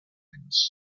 times